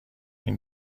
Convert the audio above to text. این